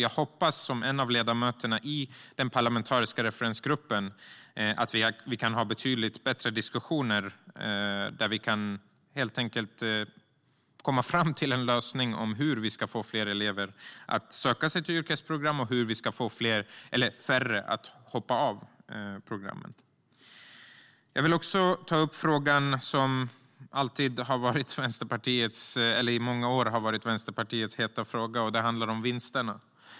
Jag hoppas, som en av ledamöterna i den parlamentariska referensgruppen, att vi kan ha betydligt bättre diskussioner och att vi helt enkelt kan komma fram till en lösning i fråga om hur vi ska få fler elever att söka sig till yrkesprogram och hur vi ska få färre att hoppa av programmen. Jag vill också ta upp den fråga som i många år har varit Vänsterpartiets heta fråga. Det handlar om vinsterna.